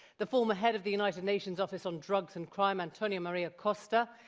the former head of the united nations office on drugs and crime, antonio maria costa,